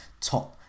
top